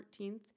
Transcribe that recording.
14th